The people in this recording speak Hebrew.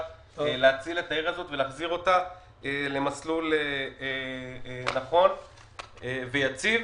להציל את העיר ולהחזיר אותה למסלול נכון ויציב.